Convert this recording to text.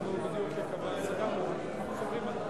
אנו עוברים,